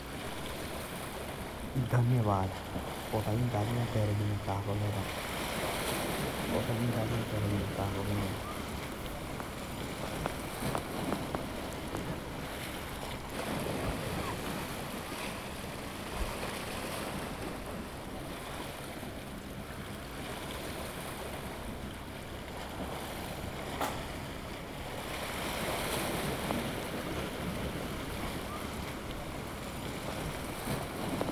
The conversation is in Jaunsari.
धन्यवाद पता भिन त अति। अउं तेरे बिना का केरदा त।